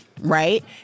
right